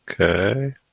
Okay